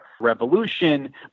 revolution